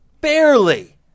Barely